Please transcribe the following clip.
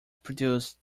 produced